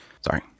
Sorry